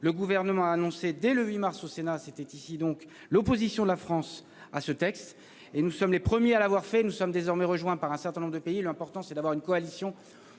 Le gouvernement a annoncé dès le 8 mars au Sénat c'était ici donc l'opposition de la France à ce texte et nous sommes les premiers à l'avoir fait, nous sommes désormais rejoints par un certain nombre de pays, l'important c'est d'avoir une coalition